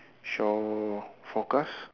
shower forecast